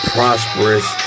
Prosperous